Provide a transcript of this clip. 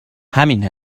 همین